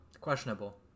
Questionable